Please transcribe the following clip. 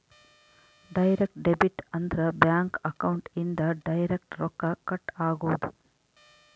direct debit ಅಂದ್ರ bank account ಇಂದ direct ರೊಕ್ಕ ಕಟ್ ಆಗೋದು